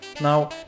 Now